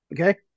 Okay